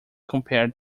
compared